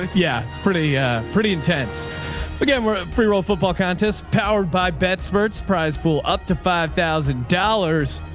yeah. it's pretty a pretty intense again. we're pre-rolled football contest powered by bet. spurts prize pool up to five thousand dollars.